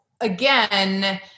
again